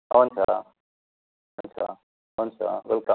हुन्छ हुन्छ हुन्छ वेलकम